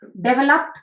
developed